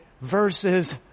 verses